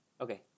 Okay